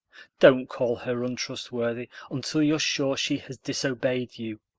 don't call her untrustworthy until you're sure she has disobeyed you.